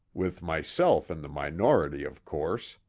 with myself in the minority, of course,